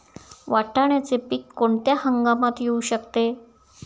वाटाण्याचे पीक कोणत्या हंगामात येऊ शकते?